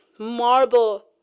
Marble